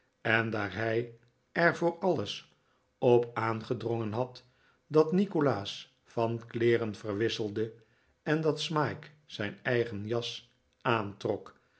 en daar hij er voor alles op aangedrongen had dat nikolaas van kleeren verwisselde en dat smike zijn eigen jas aantrok